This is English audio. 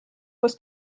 was